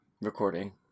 recording